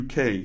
UK